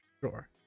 Sure